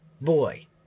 boy